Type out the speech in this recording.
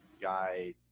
guy